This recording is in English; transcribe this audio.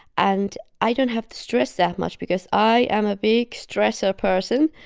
and i don't have to stress that much because i am a big stressor person.